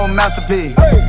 masterpiece